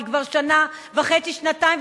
אני, כבר שנה וחצי, שנתיים.